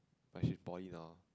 but she is in poly now